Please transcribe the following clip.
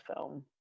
film